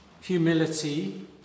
humility